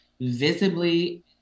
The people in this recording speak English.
visibly